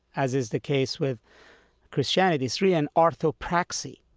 as is the case with christianity, it's really an orthopraxy.